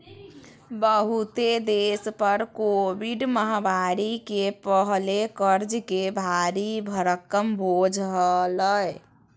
बहुते देश पर कोविड महामारी के पहले कर्ज के भारी भरकम बोझ हलय